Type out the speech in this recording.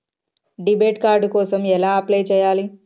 Debit card కోసం ఎలా apply చేయాలి?